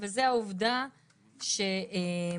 וזו העובדה שאם